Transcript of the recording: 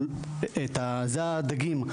אבל זה הדגים,